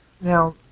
Now